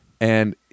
And-